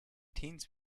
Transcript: teens